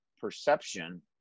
perception